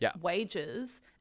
wages